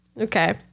Okay